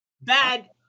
bad